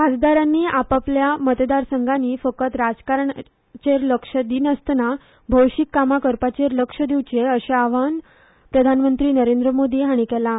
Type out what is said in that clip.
खासदारांनी आपआपल्या मतदारसंघांनी फकत राजकारणाचेर लक्ष दिनासतना भौशीक कामां करपाचेर लक्ष दिवचें अशें आवाहन प्रधानमंत्री नरेंद्र मोदी हांणी केलां